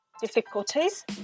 difficulties